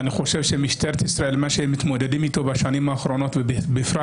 הדברים איתם מתמודדת משטרת ישראל בשנים האחרונות ובפרט